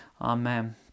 Amen